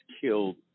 killed